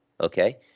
okay